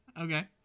Okay